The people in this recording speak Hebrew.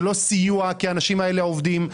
זה לא סיוע כי האנשים האלה עובדים,